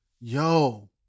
Yo